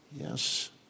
Yes